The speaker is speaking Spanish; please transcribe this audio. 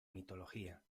mitología